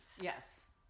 Yes